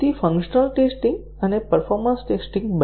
functional testing અને performance testing બંને